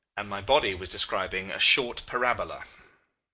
and my body was describing a short parabola.